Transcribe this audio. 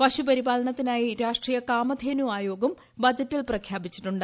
പശു പരിപാലനത്തിനായി രാഷ്ടീയ കാമധേനു ആയോഗും ബജറ്റിൽ പ്രഖ്യാപിച്ചിട്ടുണ്ട്